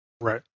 Right